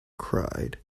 cried